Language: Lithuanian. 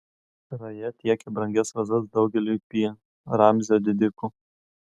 raja tiekė brangias vazas daugeliui pi ramzio didikų